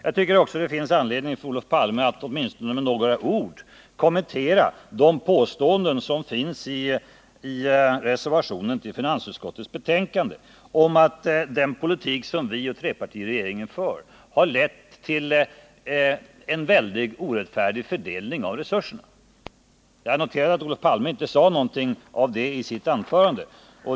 Jag tycker också att det finns anledning för Olof Palme att åtminstone med några ord kommentera de påståenden som finns i reservationen till finansutskottets betänkande om att den politik som vi och trepartiregeringen för och fört har lett till en synnerligen orättfärdig fördelning av resurserna. Jag noterade att Olof Palme inte sade någonting om det i sitt anförande.